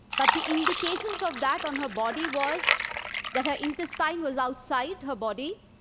but the indications of that on her body was that her intestine was outside her body.